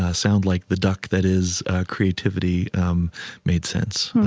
ah sound like the duck that is creativity um made sense.